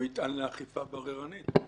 הוא יטען לאכיפה בררנית.